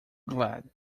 glad